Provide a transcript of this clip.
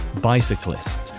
Bicyclist